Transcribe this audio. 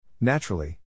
Naturally